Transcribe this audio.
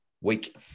week